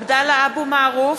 (קוראת בשמות חברי הכנסת) עבדאללה אבו מערוף,